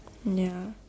ya